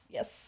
Yes